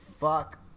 fuck